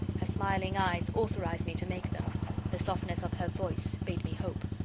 her smiling eyes authorized me to make them the softness of her voice bade me hope.